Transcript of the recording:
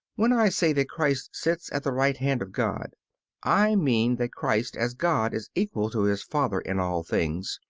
when i say that christ sits at the right hand of god i mean that christ as god is equal to his father in all things,